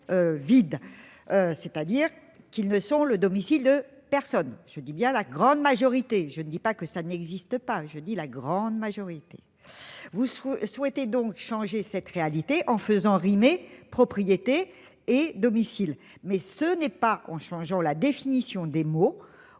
C'est-à-dire qu'ils ne sont le domicile de personne, je dis bien la grande majorité, je ne dis pas que ça n'existe pas, je dis la grande majorité. Vous souhaitez donc changer cette réalité en faisant rimer propriété et domicile. Mais ce n'est pas en changeant la définition des mots